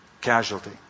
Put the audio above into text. casualty